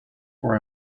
for